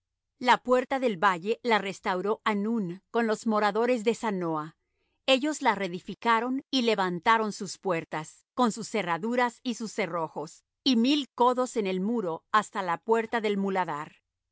la puerta del valle la restauró hanún con los moradores de zanoa ellos la reedificaron y levantaron sus puertas con sus cerraduras y sus cerrojos y mil codos en el muro hasta la puerta del muladar y